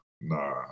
nah